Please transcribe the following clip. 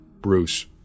Bruce